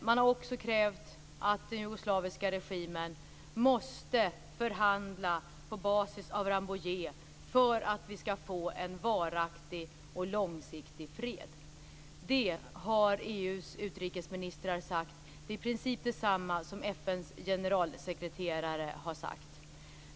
Man har också krävt att den jugoslaviska regimen måste förhandla på basis av Rambouillet för att vi skall få en varaktig och långsiktig fred. Detta har EU:s utrikesministrar sagt. Det är i princip detsamma som FN:s generalsekreterare har sagt.